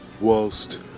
whilst